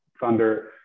thunder